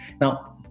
Now